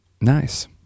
Nice